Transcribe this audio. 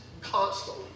constantly